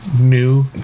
new